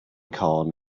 corn